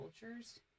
cultures